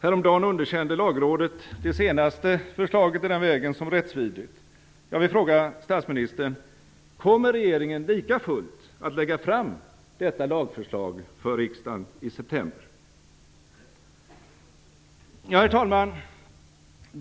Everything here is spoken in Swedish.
Häromdagen underkände Lagrådet det senaste förslaget i den vägen som rättsvidrigt. Jag vill fråga statsministern: Kommer regeringen likafullt att lägga fram detta lagförslag för riksdagen i september? Herr talman!